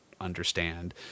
understand